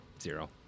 Zero